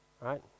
right